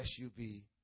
SUV